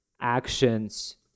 Actions